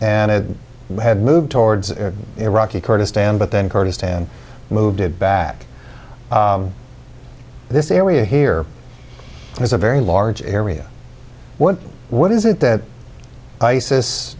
and it had moved towards iraqi kurdistan but then kurdistan moved it back this area here is a very large area what what is it that isis